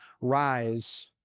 rise